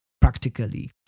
practically